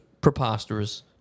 preposterous